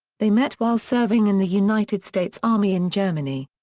they met while serving in the united states army in germany.